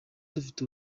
dufite